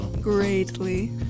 greatly